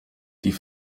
die